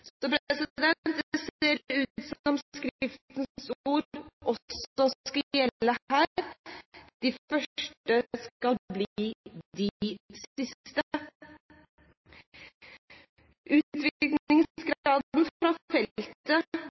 ord også skal gjelde her: De første skal bli de siste. Utvinningsgraden fra